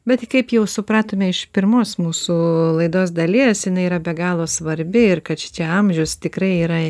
bet kaip jau supratome iš pirmos mūsų laidos dalies jinai yra be galo svarbi ir kad šičia amžius tikrai yra